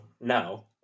now